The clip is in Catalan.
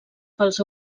pels